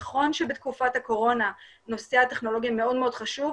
נכון שבתקופת הקורונה נושא הטכנולוגיה מאוד חשוב,